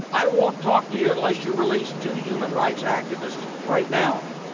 i won't talk to you unless you release two human rights activists right now,